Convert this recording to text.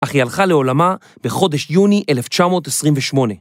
אך היא הלכה לעולמה בחודש יוני 1928.